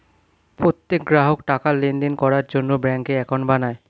প্রত্যেক গ্রাহক টাকার লেনদেন করার জন্য ব্যাঙ্কে অ্যাকাউন্ট বানায়